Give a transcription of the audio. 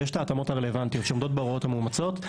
ויש את ההתאמות הרלוונטיות שעומדות בהוראות המאומצות,